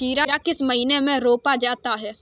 खीरा किस महीने में बोया जाता है?